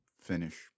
finish